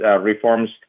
reforms